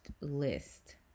list